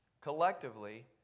collectively